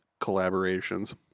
collaborations